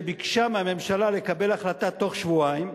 שביקשה מהממשלה לקבל החלטה בתוך שבועיים,